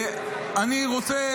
אני רוצה